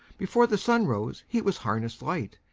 before the sun rose he was harness'd light,